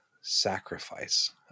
sacrifice